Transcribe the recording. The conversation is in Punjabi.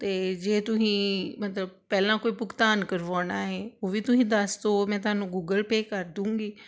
ਅਤੇ ਜੇ ਤੁਸੀਂ ਮਤਲਬ ਪਹਿਲਾਂ ਕੋਈ ਭੁਗਤਾਨ ਕਰਵਾਉਣਾ ਹੈ ਉਹ ਵੀ ਤੁਸੀਂ ਦੱਸ ਦਿਉ ਉਹ ਮੈਂ ਤੁਹਾਨੂੰ ਗੂਗਲ ਪੇ ਕਰ ਦੂੰਗੀ